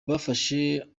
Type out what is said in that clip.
bafashe